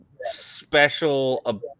special